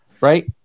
Right